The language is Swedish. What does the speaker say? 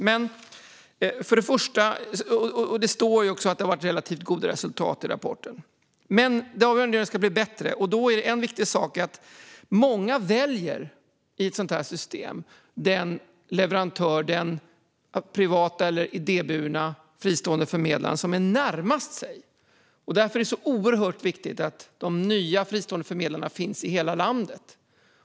Det står också i rapporten att det har varit relativt goda resultat. Men det ska bli bättre, och då är en viktig sak att tänka på att i ett sådant här system väljer många den privata eller idéburna fristående förmedlare som man har närmast sig. Därför är det oerhört viktigt att de nya fristående förmedlarna finns i hela landet.